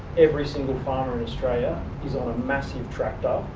every single farmer in australia, is on a massive tractor,